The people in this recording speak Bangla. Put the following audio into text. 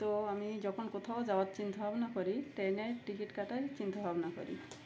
তো আমি যখন কোথাও যাওয়ার চিন্তা ভাবনা করি ট্রেনের টিকিট কাটার চিন্তা ভাবনা করি